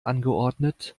angeordnet